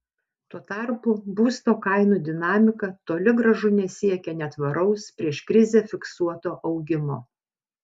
tuo tarpu būsto kainų dinamika toli gražu nesiekia netvaraus prieš krizę fiksuoto augimo